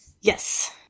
Yes